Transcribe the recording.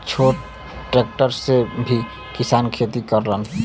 छोट ट्रेक्टर से भी किसान खेती करलन